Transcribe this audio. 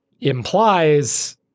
implies